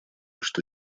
что